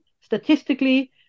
Statistically